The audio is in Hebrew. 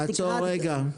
עצור רגע.